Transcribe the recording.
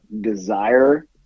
desire